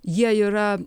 jie yra